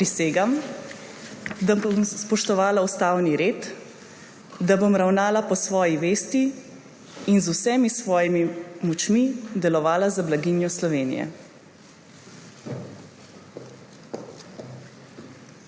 Prisegam, da bom spoštoval ustavni red, da bom ravnal po svoji vesti in z vsemi svojimi močmi deloval za blaginjo Slovenije.